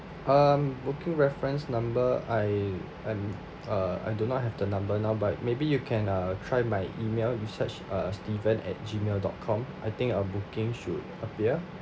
um booking reference number I I'm uh I do not have the number now but maybe you can uh try my email you search uh steven at gmail dot com I think a booking should appear